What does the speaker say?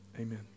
Amen